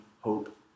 hope